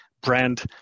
brand